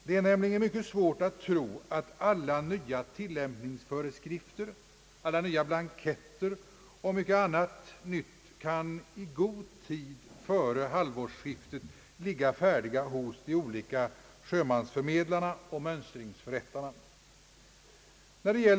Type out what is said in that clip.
Det är nämligen mycket svårt att tro att alla nya tillämpningsföreskrifter, alla nya blanketter och mycket annat nytt i god tid före halvårsskiftet kan ligga färdiga hos de olika sjömansförmedlarna och mönstringsförrättarna.